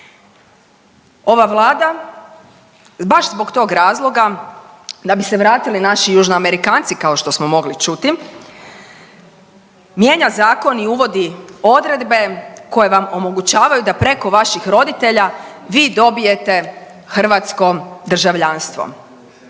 Ova Vlada baš zbog tog razloga da bi se vratili naši Južnoamerikanci, kao što smo mogli čuti, mijenja zakon i uvodi odredbe koje vam omogućavaju da preko vaših roditelja vi dobijete hrvatsko državljanstvo.